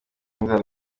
inzara